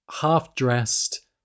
half-dressed